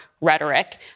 rhetoric